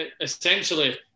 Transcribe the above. essentially